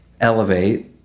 elevate